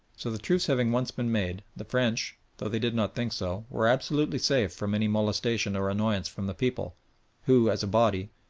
so the truce having once been made the french, though they did not think so, were absolutely safe from any molestation or annoyance from the people who, as a body,